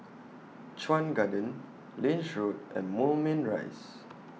Chuan Garden Lange Road and Moulmein Rise